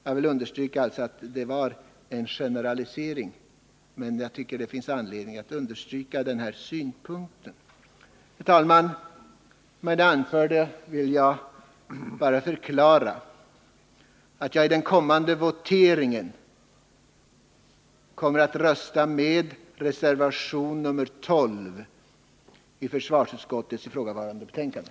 — Jag vill alltså framhålla att detta var en generalisering, men jag tycker ändå det finns anledning understryka den här synpunkten. Herr talman! Med det anförda vill jag förklara att jag vid den kommande voteringen kommer att rösta för reservation 12 vid försvarsutskottets ifrågavarande betänkande.